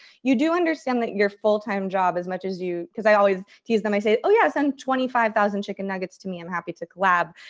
you do understand that your full time job, as much as you, cause i always tease them. i say, oh yeah, send twenty five thousand chicken nuggets to me. i'm happy to collab.